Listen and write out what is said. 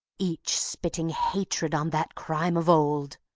each spitting hatred on that crime of old,